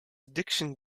addiction